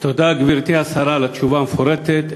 תודה, גברתי השרה, על התשובה המפורטת.